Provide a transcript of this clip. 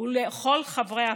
ולכל חברי הוועדה.